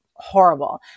horrible